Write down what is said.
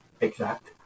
exact